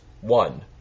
one